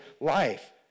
life